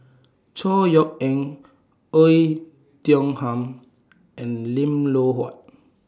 Chor Yeok Eng Oei Tiong Ham and Lim Loh Huat